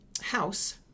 House